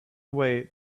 away